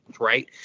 right